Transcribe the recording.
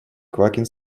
квакин